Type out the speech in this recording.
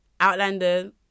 outlander